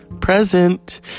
Present